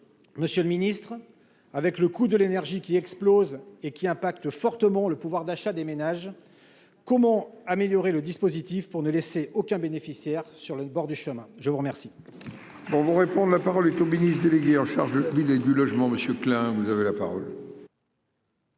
Monsieur le Ministre, avec le coût de l'énergie qui explosent et qui impacte fortement le pouvoir d'achat des ménages, comment améliorer le dispositif pour ne laisser aucun bénéficiaire sur le bord du chemin, je vous remercie.